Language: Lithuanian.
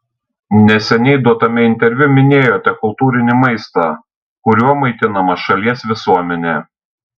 neseniai duotame interviu minėjote kultūrinį maistą kuriuo maitinama šalies visuomenė